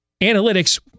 Analytics